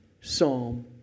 Psalm